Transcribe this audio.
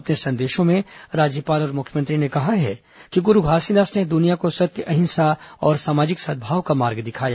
अपने संदेशों में राज्यपाल और मुख्यमंत्री ने कहा है कि गुरू घासीदास ने दुनिया को सत्य अहिंसा और सामाजिक सद्भाव का मार्ग दिखाया